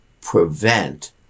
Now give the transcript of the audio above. prevent